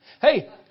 Hey